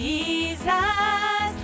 Jesus